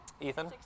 Ethan